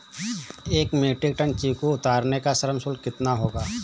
एक metric ton चीकू उतारने का श्रम शुल्क कितना होगा?